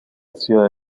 ciudad